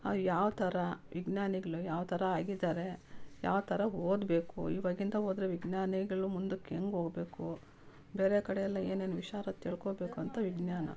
ಅವ್ರು ಯಾವ ಥರ ವಿಜ್ಞಾನಿಗಳು ಯಾವ ಥರ ಆಗಿದ್ದಾರೆ ಯಾವ ಥರ ಓದಬೇಕು ಇವಾಗಿಂದ ಹೋದ್ರೆ ವಿಜ್ಞಾನಿಗಳು ಮುಂದಕ್ಕೆ ಹೆಂಗೆ ಹೋಗ್ಬೇಕು ಬೇರೆ ಕಡೆಯೆಲ್ಲ ಏನೇನು ವಿಚಾರ ತಿಳ್ಕೊಳ್ಬೇಕು ಅಂತ ವಿಜ್ಞಾನ